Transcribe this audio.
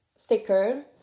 thicker